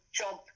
job